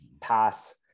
pass